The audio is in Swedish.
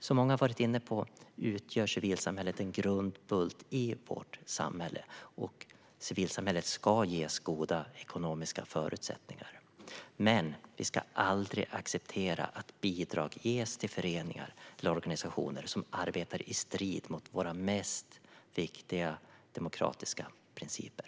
Som många har varit inne på utgör civilsamhället en grundbult i vårt samhälle, och civilsamhället ska ges goda ekonomiska förutsättningar. Men vi ska aldrig acceptera att bidrag ges till föreningar eller organisationer som arbetar i strid med våra mest viktiga demokratiska principer.